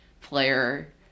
player